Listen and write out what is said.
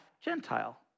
Gentile